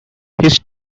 his